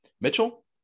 Mitchell